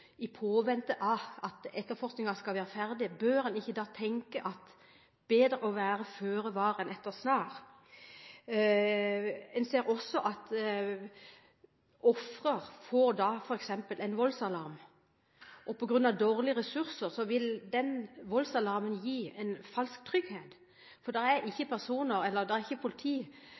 i påvente av at etterforskningen blir ferdig? Bør en ikke tenke at det er bedre å være føre var enn etter snar? En ser at ofre får f.eks. en voldsalarm, men på grunn av dårlige ressurser vil voldsalarmen gi en falsk trygghet: På grunn av mangel på mannskap er det ikke politi som kan rykke ut ved en eventuell alarm. Er ikke